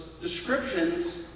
descriptions